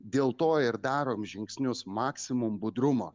dėl to ir darom žingsnius maksimum budrumo